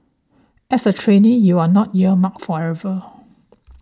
as a trainee you are not earmarked forever